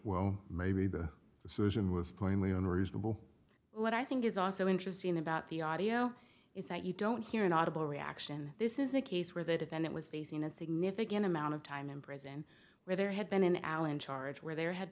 unreasonable what i think is also interesting about the audio is that you don't hear an audible reaction this is a case where the defendant was facing a significant amount of time in prison where there had been an allen charge where there had